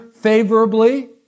favorably